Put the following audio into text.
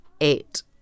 Eight